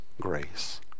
grace